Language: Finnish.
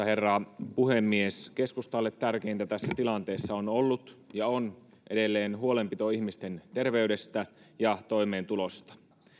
herra puhemies keskustalle tärkeintä tässä tilanteessa on ollut ja on edelleen huolenpito ihmisten terveydestä ja toimeentulosta